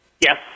Yes